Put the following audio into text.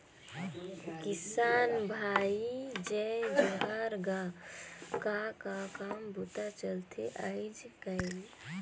किसान भाई जय जोहार गा, का का काम बूता चलथे आयज़ कायल?